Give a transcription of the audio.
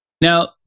Now